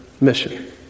mission